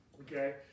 Okay